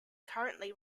currently